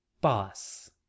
boss